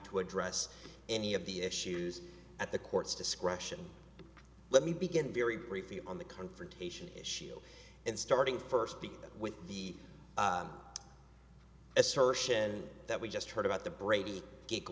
to address any of the issues at the court's discretion let me begin very briefly on the confrontation issue and starting first be with the assertion that we just heard about the brady